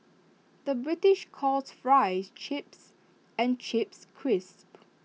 the British calls Fries Chips and Chips Crisps